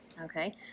Okay